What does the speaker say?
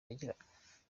yagiraga